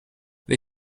they